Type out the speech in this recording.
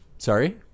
Sorry